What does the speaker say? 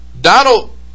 Donald